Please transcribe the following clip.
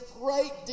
great